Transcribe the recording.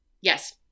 Yes